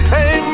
Hey